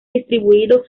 distribuido